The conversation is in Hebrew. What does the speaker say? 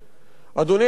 אדוני היושב-ראש,